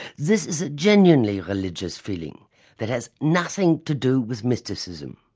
this is a genuinely religious feeling that has nothing to do with mysticism.